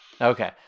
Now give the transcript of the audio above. Okay